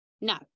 No